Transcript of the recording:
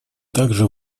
также